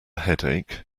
headache